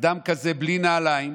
אדם כזה, בלי נעליים,